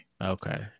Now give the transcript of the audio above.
Okay